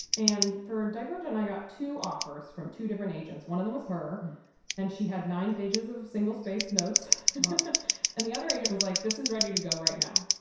and for divergent, i got two offers from two different agents. one of them is her and she had nine pages of single spaced notes and the other agent was like, this is ready to go right now.